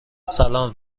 سلام